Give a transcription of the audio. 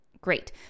Great